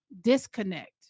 disconnect